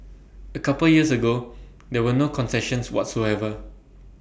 A couple years ago there were no concessions whatsoever